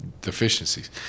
deficiencies